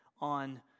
on